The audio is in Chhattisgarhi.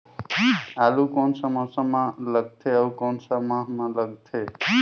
आलू कोन सा मौसम मां लगथे अउ कोन सा माह मां लगथे?